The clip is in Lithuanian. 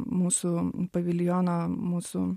mūsų paviljono mūsų